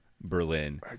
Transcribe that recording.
Berlin